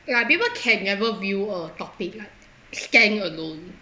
like people can never view a topic like stand alone